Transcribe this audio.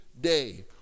day